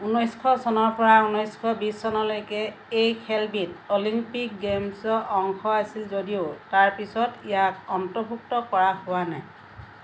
উনৈছশ চনৰ পৰা উনৈছশ বিছ চনলৈকে এই খেলবিধ অলিম্পিক গেমছৰ অংশ আছিল যদিও তাৰ পিছত ইয়াক অন্তৰ্ভুক্ত কৰা হোৱা নাই